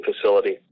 facility